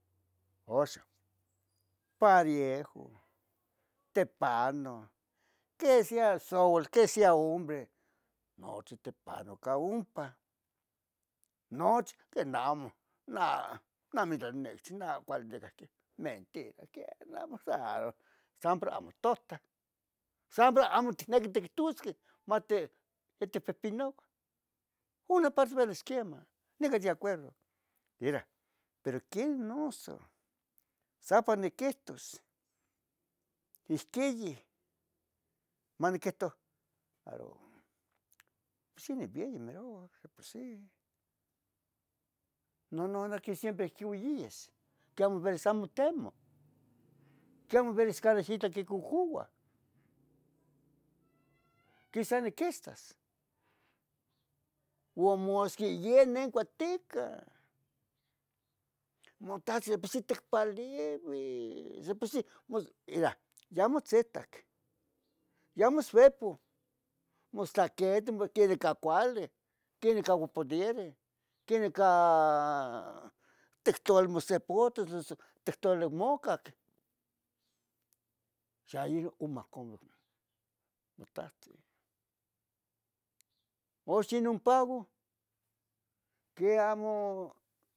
uxa, pariejo tepano que sea soual que sea hombre nochi tipanocah ompa, nochi, quenamo. no, neh amitla nich neh cuali nicah ihquin, mentira que namo sa sampor ao totah, sampor amo ticniqui tictusqueh, mati, matipihpinaca, una parte bilis quiemah, nicah de acuerdo, ira, pero que noso ocsapa niquihtos, ihquiyi, maniquihto, pero simi bieyi mirauac de por si, nononah que siempre uhquin uyiyas que amo deveras amo temo, que amo veras canah itla quicocua que sa niquistas, ua masqui yeh neh cuateca, motahztin de por si ticpalebis, de por si, ira, yah omitzitac, yeh omitzuepo, mostlah queni quet cah cuali, quenih cah oponereh, quenih cah, tictoua mosepohtos noso tictali mocac, xa iohcon motahtzin, uxa ino pago, que amo